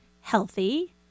healthy